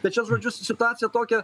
tai čia žodžiu situacija tokia